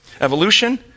Evolution